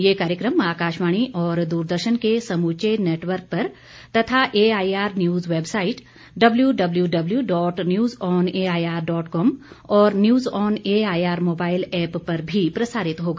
ये कार्यक्रम आकाशवाणी और दूरदर्शन के समूचे नेटवर्क पर तथा AIR news website W W W dot news on AIR dot com और news on AIR mobile app पर भी प्रसारित होगा